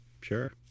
sure